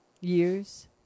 years